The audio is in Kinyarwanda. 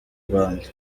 rwanda